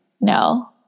no